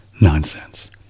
nonsense